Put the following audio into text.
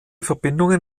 verbindungen